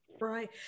Right